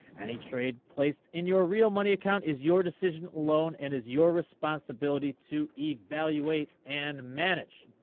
any trade placed in your real money account is your decision alone and is your responsibility to evaluate and manage.